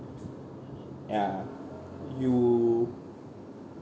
ya you